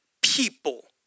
people